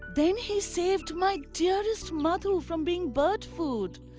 then he saved my dearest madhu from being bird food.